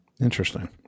Interesting